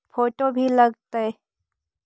Photo भी लग तै?